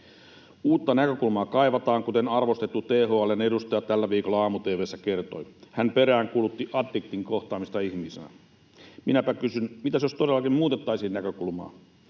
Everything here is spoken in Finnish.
Uutta näkökulmaa kaivataan, kuten arvostettu THL:n edustaja tällä viikolla aamu-tv:ssä kertoi. Hän peräänkuulutti addiktin kohtaamista ihmisenä. Minäpä kysyn: mitäs jos todellakin muutettaisiin näkökulmaa?